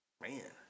man